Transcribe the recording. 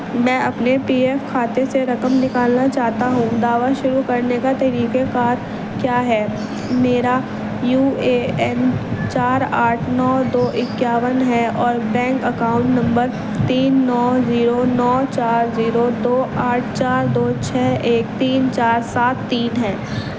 میں اپنے P F کھاتے سے رقم نکالنا چاہتا ہوں دعوی شروع کرنے کا طریقہ کار کیا ہے میرا یو اے این چار آٹھ نو دو اکیاون ہے اور بینک اکاؤنٹ نمبر تین نو زیرو نو چار زیرو دو آٹھ چار دو چھ ایک تین چار سات تین ہے